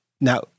Now